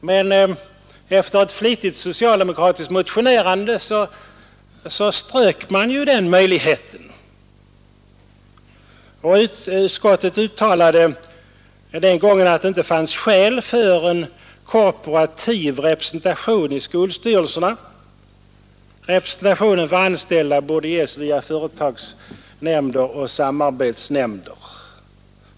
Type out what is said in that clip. Men efter ett flitigt socialdemokratiskt motionerande strök man ju den möjligheten, och utskottet uttalade den gången att det inte fanns skäl för en korporativ representation i skolstyrelserna, utan representationen för "anställda borde ges via företagsnämnder och samarbetsnämnder.